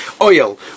oil